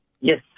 Yes